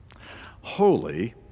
Holy